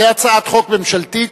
זו הצעת חוק ממשלתית,